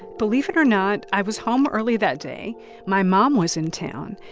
believe it or not, i was home early that day. my mom was in town,